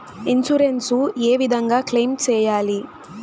Insurance ఏ విధంగా claim సేయాలి?